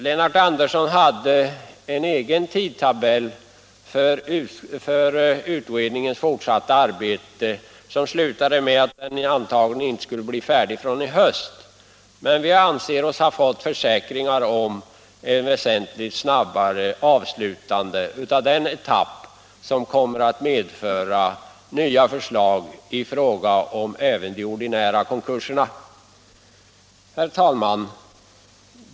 Lennart Andersson hade en egen tidtabell för utredningens fortsatta arbete och slutade med att säga att den antagligen inte skulle bli färdig förrän till hösten, men vi anser oss ha fått försäkringar om ett väsentligt snabbare avslutande av den etapp som kommer att medföra nya förslag även i fråga om de ordinära konkurserna. Herr talman!